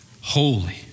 Holy